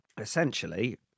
essentially